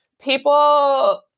people